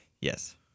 Yes